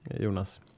Jonas